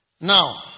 Now